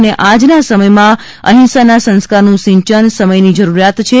અને આજના સમયમાં અહિંસાના સંસ્કારનું સિચન સમયની જરૂરિયાત છે